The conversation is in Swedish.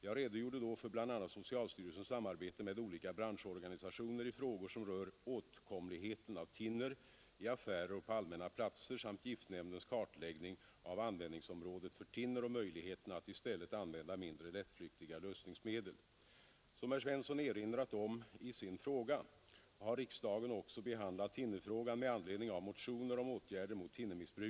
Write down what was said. Jag redogjorde då för bl.a. socialstyrelsens samarbete med olika branschorganisationer i frågor som rör åtkomligheten av thinner i affärer och på allmänna platser samt giftnämndens kartläggning av användningsområdet för thinner och möjligheterna att i stället använda mindre lättflyktiga lösningsmedel. Som herr Svensson erinrat om i sin fråga har riksdagen också behandlat thinnerfrågan med anledning av motioner om åtgärder mot thinnermissbruket.